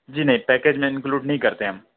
جی نہیں پیکیج میں اِنکلوڈ نہیں کرتے ہم